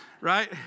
right